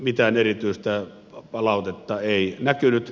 mitään erityistä palautetta ei näkynyt